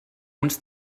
uns